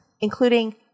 including